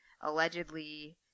allegedly